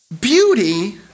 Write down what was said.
beauty